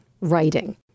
writing